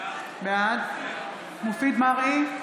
בעד מופיד מרעי,